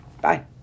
Bye